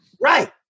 Right